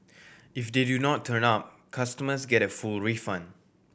if they do not turn up customers get a full refund